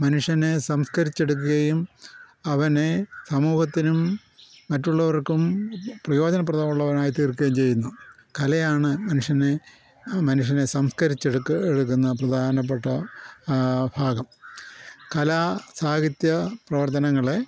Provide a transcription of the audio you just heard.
മനുഷ്യനെ സംസ്കരിച്ചെടുക്കുകയും അവനെ സമൂഹത്തിനും മറ്റുള്ളവർക്കും പ്രയോജനപ്രദവുമുള്ളവനായി തീർക്കുകയും ചെയ്യുന്നു കലയാണ് മനുഷ്യനെ മനുഷ്യനെ സംസ്കരിച്ചെടുക്കുന്ന എടുക്കുന്ന പ്രധാനപ്പെട്ട ഫാഗം കലാ സാഹിത്യ പ്രവർത്തനങ്ങളെ